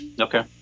Okay